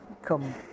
come